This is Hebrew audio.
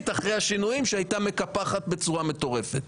אחרי השינויים שהיתה מקפחת בצורה מטורפת.